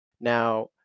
Now